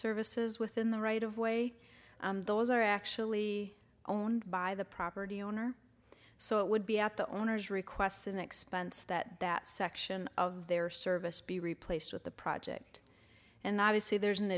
services within the right of way those are actually owned by the property owner so it would be at the owners request an expense that that section of their service be replaced with the project and obviously there's an